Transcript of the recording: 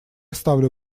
ставлю